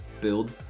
build